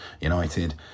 United